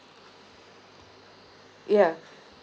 yeah